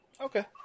Okay